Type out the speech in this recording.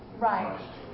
Right